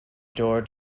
door